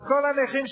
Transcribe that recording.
כל הנכים,